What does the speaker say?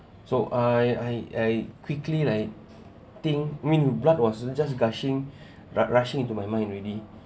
so I I I quickly like think mean blood was just gushing rushing into my mind already